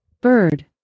Bird